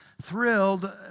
thrilled